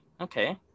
Okay